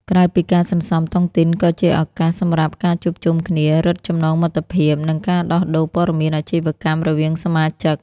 ក្រៅពីការសន្សំ តុងទីនក៏ជាឱកាសសម្រាប់ការជួបជុំគ្នា រឹតចំណងមិត្តភាព និងការដោះដូរព័ត៌មានអាជីវកម្មរវាងសមាជិក។